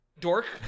dork